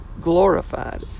glorified